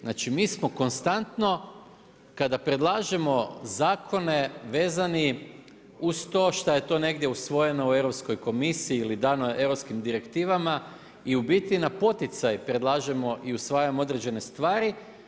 Znači, mi smo konstantno kada predlažemo zakone vezani uz to što je to negdje usvojeno u Europskoj komisiji ili dano europskim direktivama i u biti na poticaj predlažemo i usvajamo određene stvari.